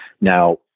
Now